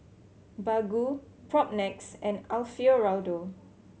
Baggu Propnex and Alfio Raldo